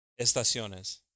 Estaciones